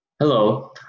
Hello